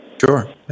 Sure